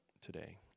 today